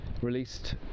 released